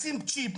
לשים צ'יפ,